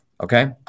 Okay